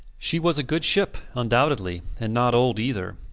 she was a good ship, undoubtedly, and not old either.